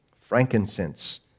frankincense